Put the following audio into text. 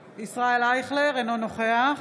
אייכלר, אינו נוכח